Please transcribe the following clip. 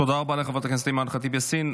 תודה רבה לחברת הכנסת אימאן ח'טיב יאסין.